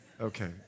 Okay